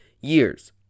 years